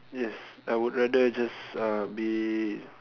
yes I would rather just uh be